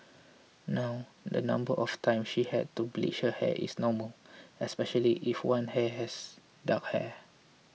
now the number of times she had to bleach her hair is normal especially if one hair has dark hair